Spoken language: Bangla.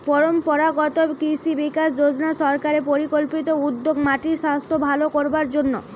পরম্পরাগত কৃষি বিকাশ যজনা সরকারের পরিকল্পিত উদ্যোগ মাটির সাস্থ ভালো করবার জন্যে